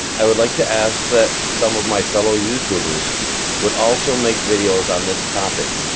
i would like to ask that some of my fellow youtubers would also make videos on this topic,